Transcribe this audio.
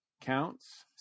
counts